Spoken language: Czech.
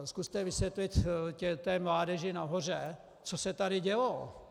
Zkuste vysvětlit té mládeži nahoře, co se tady dělo.